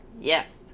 Yes